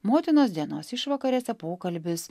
motinos dienos išvakarėse pokalbis